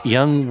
Young